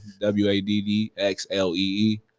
w-a-d-d-x-l-e-e